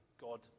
God